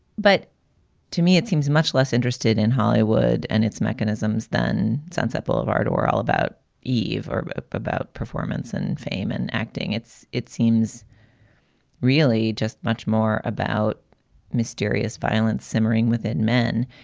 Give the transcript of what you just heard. but to me, it seems much less interested in hollywood and its mechanisms than sunset boulevard or all about eve or about performance and fame and acting. it's it seems really just much more about mysterious violence simmering within men.